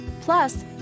plus